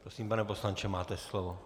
Prosím, pane poslanče, máte slovo.